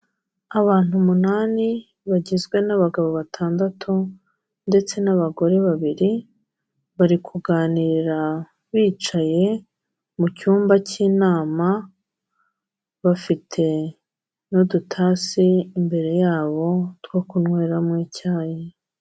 Abantu umunani bagizwe n'abagabo batandatu ndetse n'abagore babiri, bari kuganira bicaye mu cyumba cy'inama, bafite n'udutasi imbere yabo two kunyweramo icyayi.